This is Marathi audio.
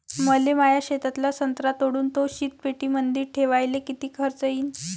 मले माया शेतातला संत्रा तोडून तो शीतपेटीमंदी ठेवायले किती खर्च येईन?